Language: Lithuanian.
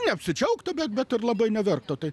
neapsidžiaugtų bet bet ir labai neverktų tai